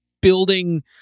building